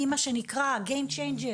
היא מה שנקרא משנה את המשחק,